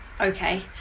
okay